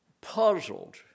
puzzled